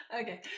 Okay